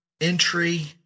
entry